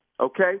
okay